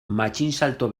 matxinsalto